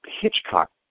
Hitchcock